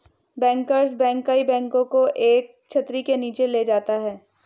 bankers bank कई बैंकों को एक छतरी के नीचे ले जाता है